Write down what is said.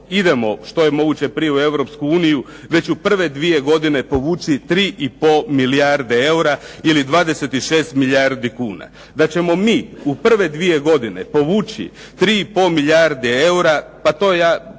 idemo što je moguće prije u Europsku uniju, već u prve dvije godine povući 3 i pol milijarde eura ili 26 milijardi kuna. Da ćemo mi u prve dvije godine povući 3 i pol milijarde eura, pa to je